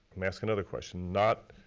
um ask another question. not,